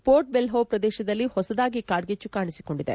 ಮೋರ್ಟ್ ವೆಲ್ಲೊ ಪ್ರದೇಶದಲ್ಲಿ ಹೊಸದಾಗಿ ಕಾಡ್ಗಿಚ್ಚು ಕಾಣಿಸಿಕೊಂಡಿದೆ